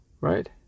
right